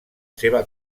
seva